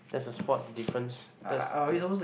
that's a spot difference that's the